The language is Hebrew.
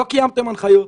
לא קיימתם הנחיות,